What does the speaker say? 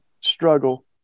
struggle